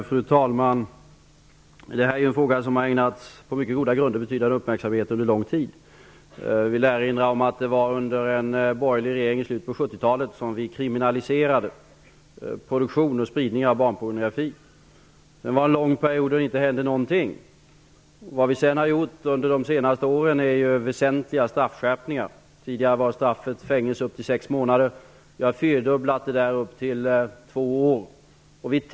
Fru talman! Detta är en fråga som på mycket goda grunder har ägnats betydande uppmärksamhet under lång tid. Jag vill erinra om att det var under en borgerlig regering i slutet av 1970-talet som vi kriminaliserade produktion och spridning av barnpornografi. Efter det följde en lång period då det inte hände någonting. Vad vi sedan har gjort under de senaste åren är att vi har infört väsentliga straffskärpningar. Tidigare var straffet fängelse upp till sex månader. Vi har fyrdubblat detta straff till fängelse upp till två år.